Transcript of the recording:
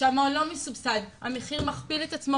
כשהמעון לא מסובסד המחיר מכפיל את עצמו